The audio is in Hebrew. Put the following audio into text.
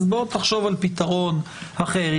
אז תחשוב על פתרון אחר.